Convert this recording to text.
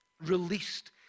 released